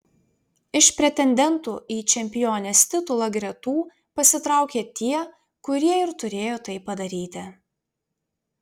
iš pretendentų į čempionės titulą gretų pasitraukė tie kurie ir turėjo tai padaryti